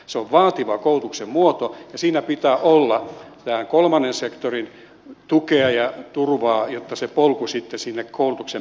se on vaativa koulutuksen muoto ja siinä pitää olla kolmannen sektorin tukea ja turvaa jotta se polku sitten sinne koulutuksen päähän syntyy